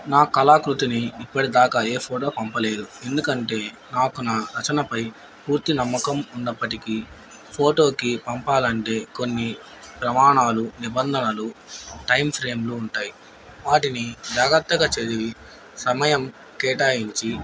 నా కళాకృతిని ఇప్పటి దాకా ఏ ఫోటో పంపలేదు ఎందుకంటే నాకు నా రచనపై పూర్తి నమ్మకం ఉన్నప్పటికీ ఫోటోకి పంపాలంటే కొన్ని ప్రమాణాలు నిబంధనలు టైం ఫ్రేమ్లు ఉంటాయి వాటిని జాగ్రత్తగా చదివి సమయం కేటాయించి